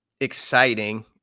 Exciting